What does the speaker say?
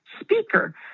speaker